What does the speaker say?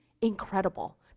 incredible